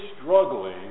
struggling